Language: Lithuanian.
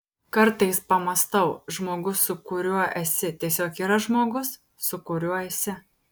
kartais pamąstau žmogus su kuriuo esi tiesiog yra žmogus su kuriuo esi